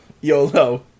YOLO